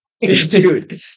dude